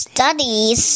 Studies